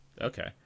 Okay